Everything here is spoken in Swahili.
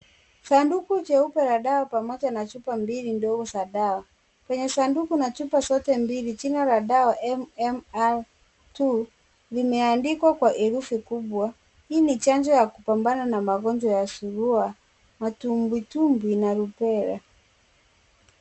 Sanduka jeupe la dawa pamoja na chupa mbili ndogo za dawa, kwenye sanduku na chupa zote mbili jina la dawa MMR2 limeandikwa kwa herufi kubwa, hii ni chanjo ya kupambana na magonjwa ya surua, matumbwitumbwi na rubela.